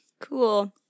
Cool